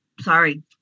Sorry